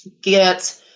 get